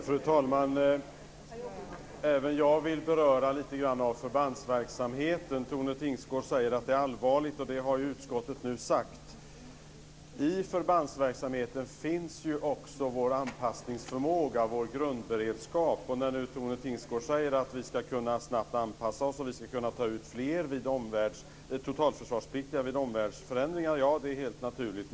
Fru talman! Även jag vill beröra förbandsverksamheten lite grann. Tone Tingsgård säger att situationen är allvarlig, och det har också utskottet sagt. I förbandsverksamheten finns ju också en anpassningsförmåga och en grundberedskap. Tone Tingsgård säger nu att vi ska kunna anpassa oss och ta ut fler totalförsvarspliktiga vid omvärldsförändringar. Ja, det är helt naturligt.